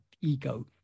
ego